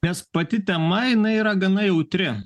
nes pati tema jinai yra gana jautri